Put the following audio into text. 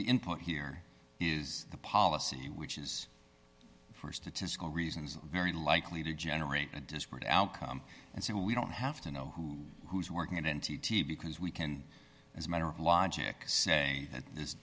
input here is the policy which is for statistical reasons very likely to generate a disparate outcome and say well we don't have to know who who's working at n t t because we can as a matter of logic say that